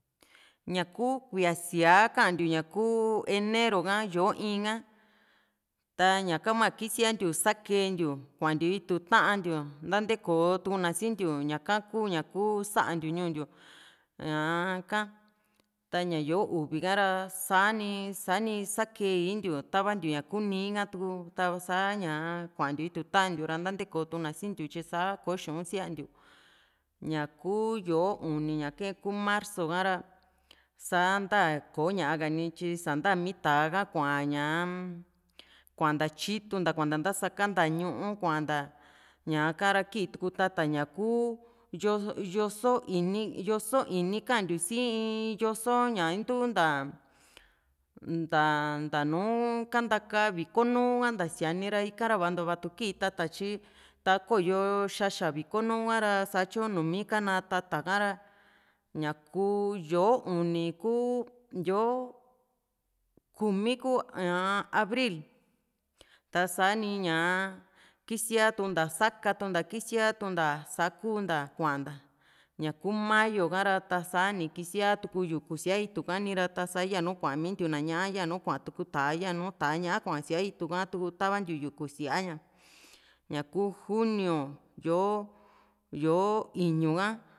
ña kuu kuíaa siáa kantiu kuu enero ka yó´o in ka taña ka hua kisiantiu sakentiu kuantiu itu tantiu nantekotuna sintiu ñaka kuu ña kuu santiu ñuu ntiu ñaa´ka ta ña yó´o uvi ka ra sani sani sakee iintiu tavantiu ña kuu nii ha´tu tasa ñaa kuantiu itu tantiu ra nantekotuna sintiu tyi sa´a ko xu´un siantiu ñakuu yó´uni ña kae ku marsu ha´ra sa´nta ko´ña kani nityi san´ta mii tá´a ha kuaa ñaa-m kuanta tyitunda kuanta ntasakanta ñuu kuanta ñaa ka ra kii tuku tata ñakuu yo yo´so íni yo´so, íni kantiu si in yoso ña intu nta nta nta nùù kantaka viko nuu ha nta síani ra ika vantua vatu kii tata tyi takoyo xaxa viko nuu ha´ra satyo numi kana tata ka ra ña kuu yó´o uni ku yó´o kumi ku ñaa abril tasani ñaa kisiatunta sakatunta kisiatunta sakuu nta kuanta ñaku mayo kara tasani kisia tuku yuku síaa itu ka nira ta´sa ya nu kuamintiu na ñá´a yanu kuatu tá´a yanu tá´a ñá´a kua síaa itu ha tuku tavantiu yuku síaa ña ñakuu junio yó´o yó´o iñu ka